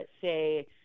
say